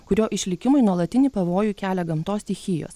kurio išlikimui nuolatinį pavojų kelia gamtos stichijos